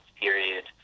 period